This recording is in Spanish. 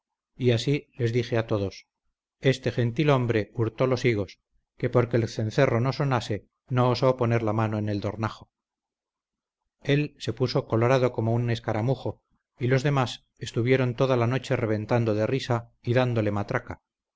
y así les dije a todos este gentil hombre hurtó los higos que porque el cencerro no sonase no osó poner la mano en el dornajo él se puso colorado como un escaramujo y los demás estuvieron toda la noche reventando de risa y dándole matraca